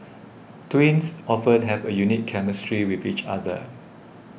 twins often have a unique chemistry with each other